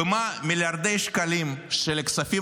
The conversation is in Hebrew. במה מיליארדי שקלים של הכספים